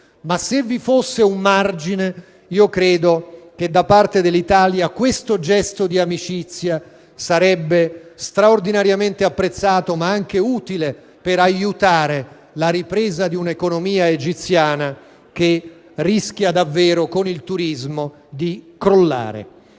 Ma se vi fosse un margine, credo che questo gesto di amicizia da parte dell'Italia sarebbe straordinariamente apprezzato, ma anche utile per aiutare la ripresa di un'economia egiziana che rischia davvero, con il turismo, di crollare.